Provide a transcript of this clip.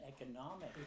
economic